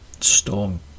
storm